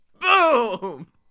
Boom